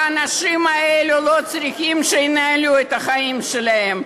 האנשים האלו לא צריכים שינהלו את החיים שלהם,